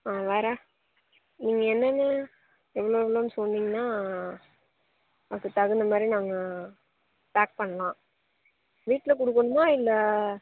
ஆ வேறு நீங்கள் என்னென்ன எவ்வளோ எவ்வளோன்னு சொன்னீங்கன்னால் அதுக்கு தகுந்த மாதிரி நாங்கள் பேக் பண்ணலாம் வீட்டில் கொடுக்கணுமா இல்லை